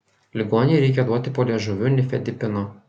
ligonei reikia duoti po liežuviu nifedipino